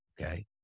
Okay